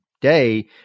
day